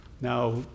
Now